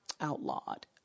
outlawed